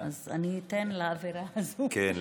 כן,